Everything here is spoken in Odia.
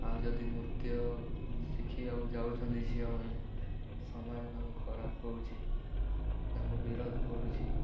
ଆଉ ଯଦି ନୃତ୍ୟ ଶିଖିବାକୁ ଯାଉଛନ୍ତି ଝିଅମାନେ ସମାଜ ତାଙ୍କୁ ଖରାପ କହୁଛି ତାଙ୍କୁ ବିରୋଧ କରୁଛି